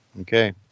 Okay